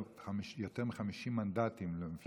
יותר מ-50 מנדטים, למפלגת העבודה.